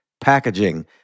packaging